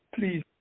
Please